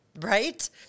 Right